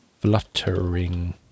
Fluttering